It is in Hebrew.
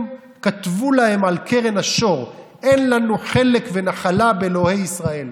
הם כתבו להם על קרן השור: אין לנו חלק ונחלה באלוהי ישראל.